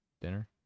dinner